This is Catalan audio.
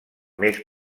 més